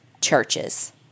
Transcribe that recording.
churches